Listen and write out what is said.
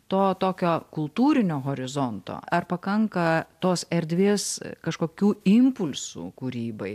to tokio kultūrinio horizonto ar pakanka tos erdvės kažkokių impulsų kūrybai